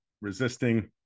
resisting